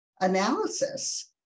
analysis